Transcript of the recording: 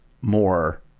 more